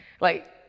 like-